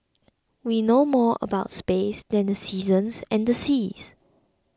we know more about space than the seasons and the seas